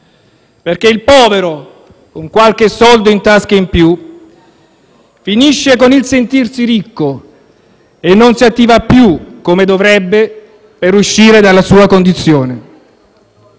perché il povero con qualche soldo in tasca in più finisce con il sentirti ricco e non si attiva più come dovrebbe per uscire dalla sua condizione.